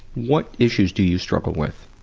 what issues do you struggle with?